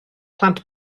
plant